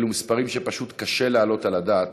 אלו מספרים שפשוט קשה להעלות על הדעת,